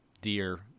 deer